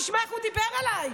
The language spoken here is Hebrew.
תשמע איך הוא דיבר אליי.